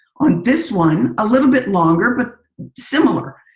on this one, a little bit longer but similar,